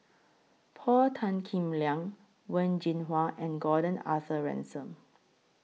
Paul Tan Kim Liang Wen Jinhua and Gordon Arthur Ransome